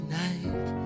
night